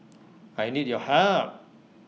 I need your help